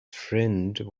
friend